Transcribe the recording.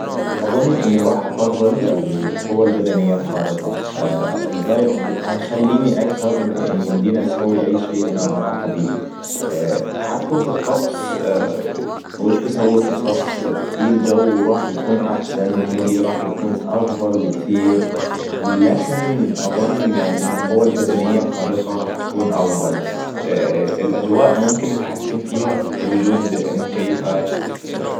أظن اني راح افضل القوة البدنية الخارقة هيخليني اكثر ان يمديني اسوي اي شي انا راح به. التحكم في الطقس وش بسوي في الطقس؟ ايه الجو وراح يكون احسن مودي راح يكون افضل بكثير لاكن أظن إن القوة البدنية الخارقة راح تكون افضل. الأجواء ممكن نتحكم فيها بوجود المكيفات